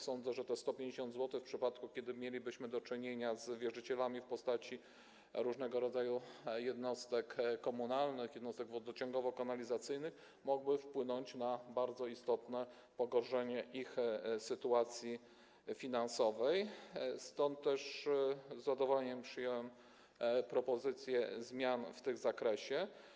Sądzę, że te 150 zł, w przypadku gdy mielibyśmy do czynienia z wierzycielami w postaci różnego rodzaju jednostek komunalnych, jednostek wodociągowo-kanalizacyjnych, mogłoby wpłynąć na bardzo istotne pogorszenie ich sytuacji finansowej, stąd też z zadowoleniem przyjąłem propozycję zmian w tym zakresie.